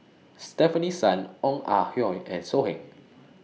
Stefanie Sun Ong Ah Hoi and So Heng